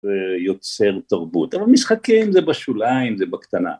ויוצר תרבות, אבל משחקים זה בשוליים, זה בקטנה.